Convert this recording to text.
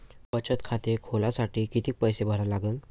बचत खाते खोलासाठी किती पैसे भरा लागन?